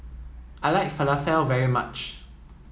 I like falafel very much